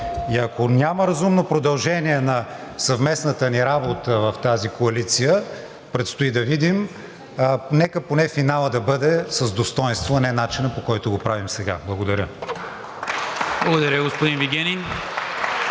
И ако няма разумно продължение на съвместната ни работа в тази коалиция – предстои да видим, нека поне финалът да бъде с достойнство, а не начинът, по който го правим сега. Благодаря. (Ръкопляскания